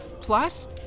Plus